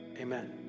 Amen